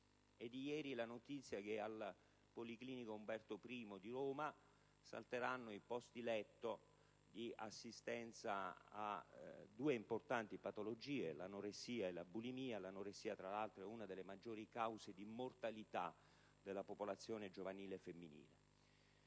ieri la notizia che al Policlinico Umberto I di Roma salteranno i posti letto di assistenza a due importanti patologie, l'anoressia, che tra l'altro è una delle maggiori cause di mortalità della popolazione giovanile femminile,